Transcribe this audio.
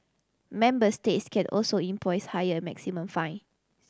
member states can't also impose higher maximum fine